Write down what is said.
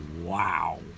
Wow